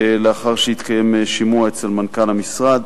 לאחר שהתקיים שימוע אצל מנכ"ל המשרד.